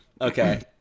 Okay